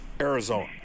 Arizona